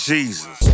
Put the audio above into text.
Jesus